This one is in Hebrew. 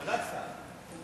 פזצט"א.